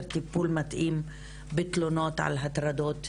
טיפול מתאים בתלונות על הטרדות מיניות.